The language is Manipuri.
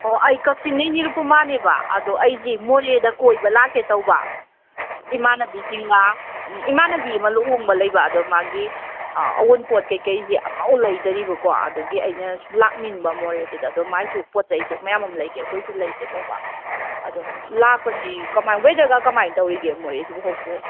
ꯑꯣ ꯑꯩ ꯀꯛꯆꯤꯡꯗꯩ ꯅꯤꯔꯨꯄꯃꯥꯅꯦꯕ ꯑꯗꯣ ꯑꯩꯁꯤ ꯃꯣꯔꯦꯗ ꯀꯣꯏꯕ ꯂꯥꯛꯀꯦ ꯇꯧꯕ ꯏꯃꯥꯟꯅꯕꯤꯁꯤꯡꯒ ꯏꯃꯥꯟꯅꯕꯤ ꯑꯃ ꯂꯨꯍꯣꯡꯕ ꯂꯩꯕ ꯑꯗꯣ ꯃꯥꯒꯤ ꯑꯋꯨꯟꯄꯣꯠ ꯀꯔꯤ ꯀꯔꯤꯁꯦ ꯑꯃ ꯐꯥꯎ ꯂꯩꯗꯔꯤꯕꯀꯣ ꯑꯗꯨꯒꯤ ꯑꯩꯅꯁꯨ ꯂꯥꯛꯅꯤꯡꯕ ꯃꯣꯔꯦꯗꯨꯗ ꯑꯗꯣ ꯃꯥꯏꯁꯨ ꯄꯣꯠ ꯆꯩꯁꯨ ꯃꯌꯥꯝ ꯑꯃ ꯂꯩꯒꯦ ꯑꯩꯈꯣꯏꯁꯨ ꯂꯩꯒꯦ ꯇꯧꯕ ꯑꯗꯣ ꯂꯥꯛꯄꯁꯤ ꯀꯃꯥꯏꯅ ꯋꯦꯗꯔꯒ ꯀꯃꯥꯏꯅ ꯇꯧꯔꯤꯒꯦ ꯃꯣꯔꯦꯁꯤꯕꯨ ꯍꯧꯖꯤꯛꯄꯨ